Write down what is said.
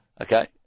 Okay